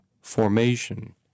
formation